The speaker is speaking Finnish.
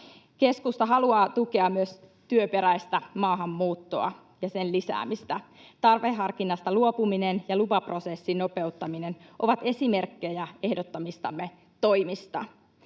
Keskusta haluaa tukea myös työperäistä maahanmuuttoa ja sen lisäämistä. Tarveharkinnasta luopuminen ja lupaprosessin nopeuttaminen ovat esimerkkejä ehdottamistamme toimista.